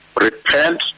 repent